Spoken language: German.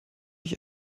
ich